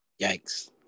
Yikes